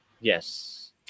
yes